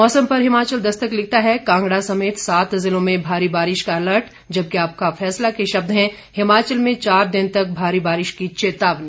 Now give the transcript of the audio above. मौसम पर हिमाचल दस्तक लिखता है कांगड़ा समेत सात जिलों में भारी बारिश का अलर्ट जबकि आपका फैसला के शब्द हैं हिमाचल में चार दिन तक भारी बारिश की चेतावनी